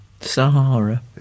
Sahara